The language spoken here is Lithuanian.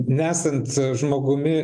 nesant žmogumi